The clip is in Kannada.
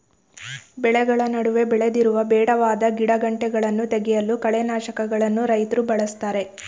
ಬೆಳೆಗಳ ನಡುವೆ ಬೆಳೆದಿರುವ ಬೇಡವಾದ ಗಿಡಗಂಟೆಗಳನ್ನು ತೆಗೆಯಲು ಕಳೆನಾಶಕಗಳನ್ನು ರೈತ್ರು ಬಳ್ಸತ್ತರೆ